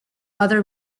other